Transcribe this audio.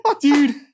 Dude